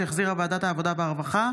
שהחזירה ועדת העבודה והרווחה,